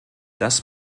das